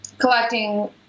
collecting